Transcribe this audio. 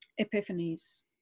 epiphanies